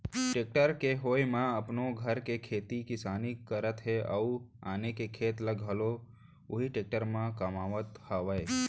tractor के होय म अपनो घर के खेती किसानी करत हें अउ आने के खेत ल घलौ उही टेक्टर म कमावत हावयँ